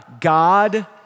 God